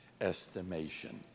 estimation